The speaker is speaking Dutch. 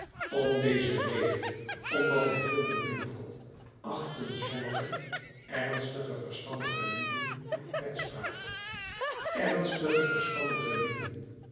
om deze reden omdat hij veel bemind had achtten sommige ernstige verstandige lieden hem kwetsbaar ernstige verstandige lieden